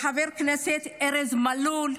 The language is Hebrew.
לחבר הכנסת ארז מלול,